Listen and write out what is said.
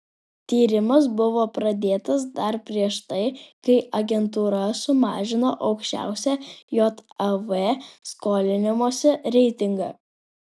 tyrimas buvo pradėtas dar prieš tai kai agentūra sumažino aukščiausią jav skolinimosi reitingą